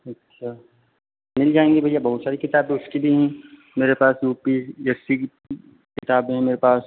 अच्छा मिल जाएंगे भैया बहुत सारी किताबें है उसके लिए हीं मेरे पास यू पी एस सी की किताबें हैं मेरे पास